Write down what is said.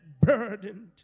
burdened